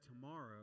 tomorrow